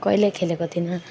कहिले खेलेको थिइनँ